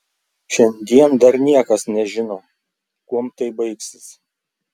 šiandien dar niekas nežino kuom tai baigsis